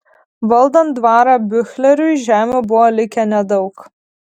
valdant dvarą biuchleriui žemių buvo likę nedaug